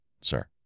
sir